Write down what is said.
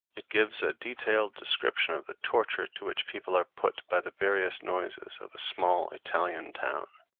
it gives a detailed description of the torture to which people are put by the various noises of a small italian town.